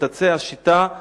את עצי השיטים,